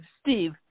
Steve